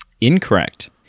Incorrect